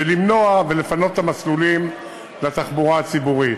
ולמנוע, ולפנות את המסלולים לתחבורה הציבורית.